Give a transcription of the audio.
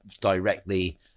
directly